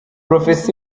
prof